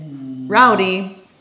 rowdy